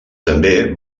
també